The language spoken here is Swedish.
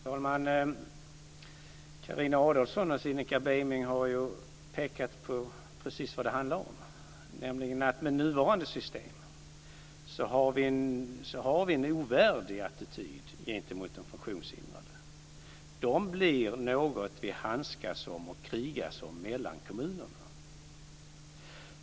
Fru talman! Carina Adolfsson och Cinnika Beiming har ju pekat på precis det som det handlar om, nämligen att med nuvarande system har vi en ovärdig attityd gentemot de funktionshindrade. De blir något vi handskas med och krigar om mellan kommunerna.